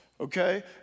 okay